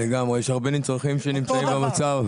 לגמרי, יש הרבה נצרכים שנמצאים במצב.